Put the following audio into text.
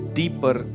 deeper